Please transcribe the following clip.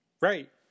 Right